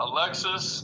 Alexis